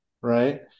right